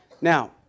Now